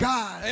God